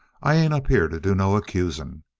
i ain't up here to do no accusing.